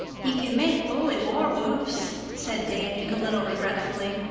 he can make bully war-whoops, said davy a little regretfully.